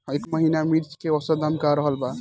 एह महीना मिर्चा के औसत दाम का रहल बा?